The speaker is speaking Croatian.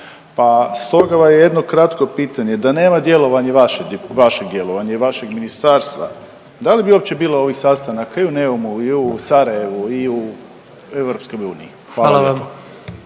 Pa stoga jedno kratko pitanje, da nema djelovanja, vašeg djelovanja i vašeg ministarstva da li bi uopće bilo ovih sastanaka i u Neumu i u Sarajevu i u EU. Hvala